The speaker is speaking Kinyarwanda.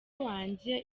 wanje